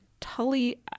Tully